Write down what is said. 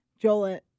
Joel